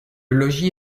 logis